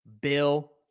Bill